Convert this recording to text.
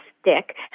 stick